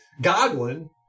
Godwin